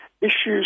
issues